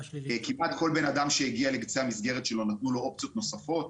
כמעט כל בן אדם שהגיע לקצה המסגרת שלו נתנו לו אופציות נוספות.